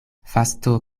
fasto